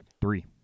Three